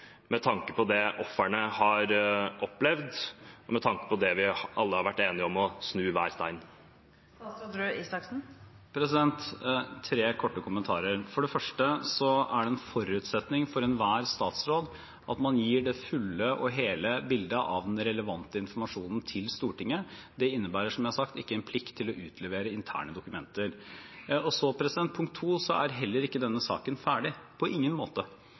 med tanke på det ofrene har opplevd, og med tanke på det vi alle har vært enige om: å snu hver stein? Jeg har tre korte kommentarer. For det første er det en forutsetning for enhver statsråd at man gir det fulle og hele bildet av den relevante informasjonen til Stortinget. Det innebærer, som jeg har sagt, ikke en plikt til å utlevere interne dokumenter. Denne saken er heller ikke ferdig – på ingen måte.